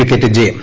wicket ജയം